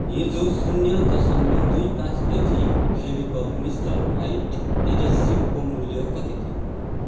हिजो शून्य दशमलव दुइ पाँच केजी फेभिकोल मिस्टर व्हाइट एडेसिभको मूल्य कति थियो